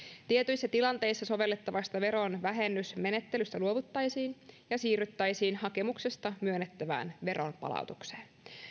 tietyissä tilanteissa sovellettavasta veron vähennysmenettelystä luovuttaisiin ja siirryttäisiin hakemuksesta myönnettävään veron palautukseen